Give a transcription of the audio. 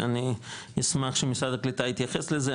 שאני אשמח שמשרד הקליטה יתייחס לזה,